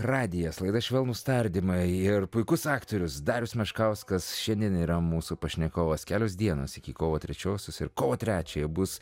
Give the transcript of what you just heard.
radijas laida švelnūs tardymai ir puikus aktorius darius meškauskas šiandien yra mūsų pašnekovas kelios dienos iki kovo trečiosios ir kovo trečiąją bus